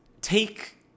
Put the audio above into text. take